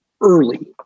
early